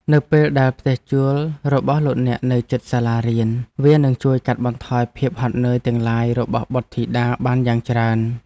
នៅពេលដែលផ្ទះជួលរបស់លោកអ្នកនៅជិតសាលារៀនវានឹងជួយកាត់បន្ថយភាពហត់នឿយទាំងឡាយរបស់បុត្រធីតាបានយ៉ាងច្រើន។